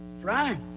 right